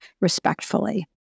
respectfully